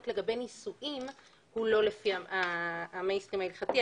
לגבי נישואים היא לא לפי המיינסטרים ההלכתי.